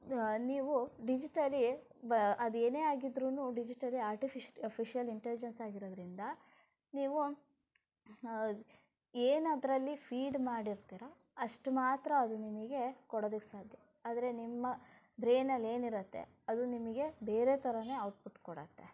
ನೀವು ಡಿಜಿಟಲಿ ಅದು ಏನೇ ಆಗಿದ್ರೂ ಡಿಜಿಟಲಿ ಆರ್ಟಿಫಿಷ್ಟ್ಫಿಷಿಯಲ್ ಇಂಟಲಿಜೆನ್ಸ್ ಆಗಿರೋದರಿಂದ ನೀವು ಏನು ಅದರಲ್ಲಿ ಫೀಡ್ ಮಾಡಿರ್ತೀರ ಅಷ್ಟು ಮಾತ್ರ ಅದು ನಿಮಗೆ ಕೊಡೋದಕ್ಕೆ ಸಾಧ್ಯ ಆದರೆ ನಿಮ್ಮ ಬ್ರೈನಲ್ಲಿ ಏನಿರುತ್ತೆ ಅದು ನಿಮಗೆ ಬೇರೆ ಥರಾನೇ ಔಟ್ಪುಟ್ ಕೊಡುತ್ತೆ